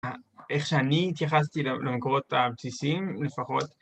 איך שאני התייחסתי למקורות הבסיסיים לפחות